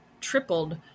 tripled